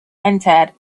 entered